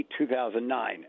2009